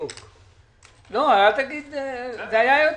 זה אומר שאם תהיה התניה,